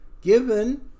given